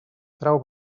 trau